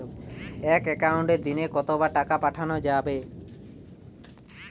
এক একাউন্টে দিনে কতবার টাকা পাঠানো যাবে?